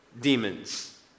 demons